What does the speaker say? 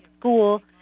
school